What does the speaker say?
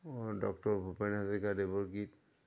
doctor Bhupen হাজৰিকাদেৱৰ গীত